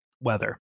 weather